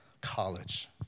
college